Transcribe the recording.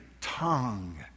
tongue